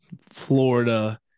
Florida